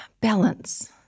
balance